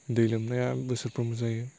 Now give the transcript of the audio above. दै लोमनाया बोसोरफ्रोमबो जायो